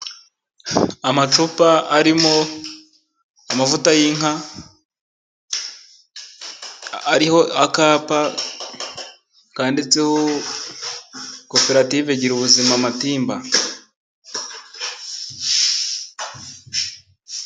Amacupa arimo amavuta y'inka ariho akapa kanditseho koperative Gira Ubuzima Matimba.